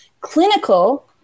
Clinical